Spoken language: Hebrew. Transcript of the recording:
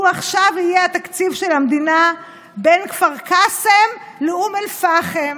התקציב של המדינה עכשיו יהיה בין כפר קאסם לאום אל-פחם.